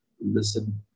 listen